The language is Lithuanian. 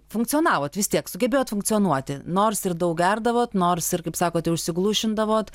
funkcionavot vis tiek sugebėjot funkcionuoti nors ir daug gerdavot nors ir kaip sakote užsiglušindavot